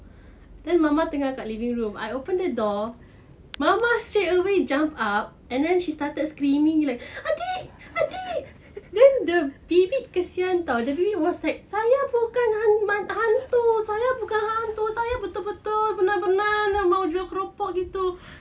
then mama tengah kat living room I open the door mama straight away jump up and then she started screaming like adik adik then the bibik kasihan [tau] the bibik was like saya bukan han~ han~ hantu saya bukan hantu saya betul-betul benar-benar mahu jual keropok gitu